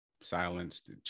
silenced